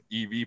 EV